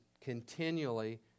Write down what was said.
continually